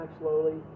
slowly